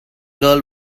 girl